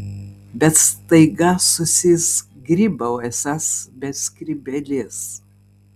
bet staiga susizgribau esąs be skrybėlės